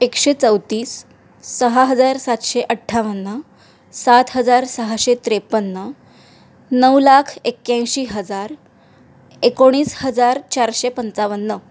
एकशे चौतीस सहा हजार सातशे अठ्ठावन्न सात हजार सहाशे त्रेपन्न नऊ लाख एक्याऐंशी हजार एकोणीस हजार चारशे पंचावन्न